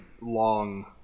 long